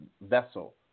vessel